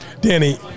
Danny